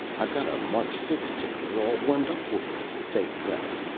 i've got a mark six tickler all warmed up for you, fay pressed,